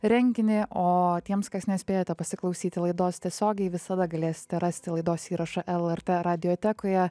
renginį o tiems kas nespėjote pasiklausyti laidos tiesiogiai visada galėsite rasti laidos įrašą lrt radiotekoje